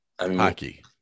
hockey